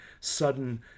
Sudden